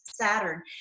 Saturn